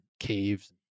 caves